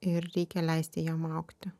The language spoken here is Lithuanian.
ir reikia leisti jiem augti